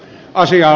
asia